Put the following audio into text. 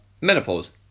menopause